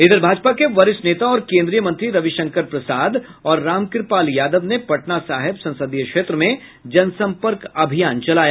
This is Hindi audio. इधर भाजपा के वरिष्ठ नेता और केन्द्रीय मंत्री रविशंकर प्रसाद और रामकृपाल यादव ने पटना साहिब संसदीय क्षेत्र में जनसंपर्क अभियान चलाया